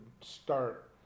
start